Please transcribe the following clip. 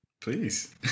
Please